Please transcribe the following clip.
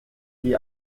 die